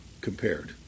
compared